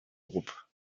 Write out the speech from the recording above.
groupe